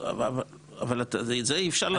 את זה אי-אפשר לדעת.